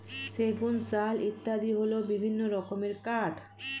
সেগুন, শাল ইত্যাদি হল বিভিন্ন রকমের কাঠ